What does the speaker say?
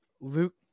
luke